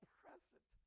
present